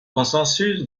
consensus